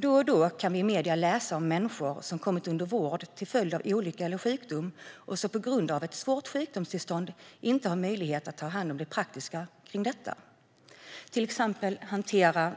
Då och då kan vi i medierna läsa om människor som kommit under vård till följd av olycka eller sjukdom och som på grund av ett svårt sjukdomstillstånd inte har möjlighet att ta hand om det praktiska kring detta. Det handlar om att till exempel hantera